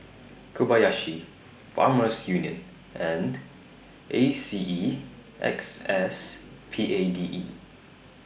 Kobayashi Farmers Union and A C E X S P A D E